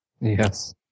Yes